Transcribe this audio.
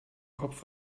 kopf